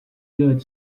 good